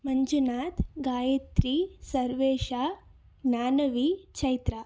Manjunath Gayatri Sarvesha Jnanavi Chaitra